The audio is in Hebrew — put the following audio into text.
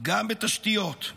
גם בתשתיות,